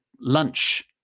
lunch